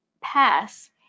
pass